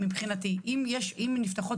מי שמדבר,